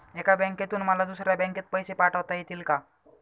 एका बँकेतून मला दुसऱ्या बँकेत पैसे पाठवता येतील का?